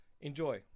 Enjoy